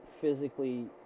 physically